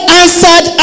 answered